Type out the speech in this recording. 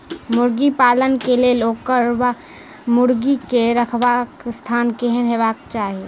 मुर्गी पालन केँ लेल ओकर वा मुर्गी केँ रहबाक स्थान केहन हेबाक चाहि?